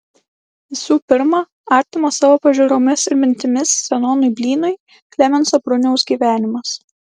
visų pirma artimo savo pažiūromis ir mintimis zenonui blynui klemenso bruniaus gyvenimas